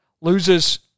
Loses